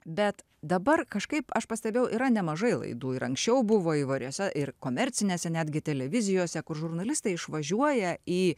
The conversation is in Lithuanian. bet dabar kažkaip aš pastebėjau yra nemažai laidų ir anksčiau buvo įvairiose ir komercinėse netgi televizijose kur žurnalistai išvažiuoja į